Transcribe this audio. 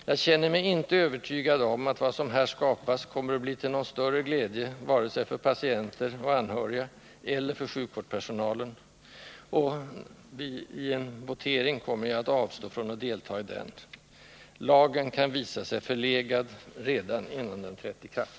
Jag känner mig inte övertygad om att vad som här skapas kommer att bli till någon större glädje vare sig för patienter och anhöriga eller för sjukvårdspersonal, och vid en votering kommer jag att avstå från att rösta. Lagen kan komma att visa sig förlegad redan innan den trätt i kraft.